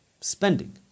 spending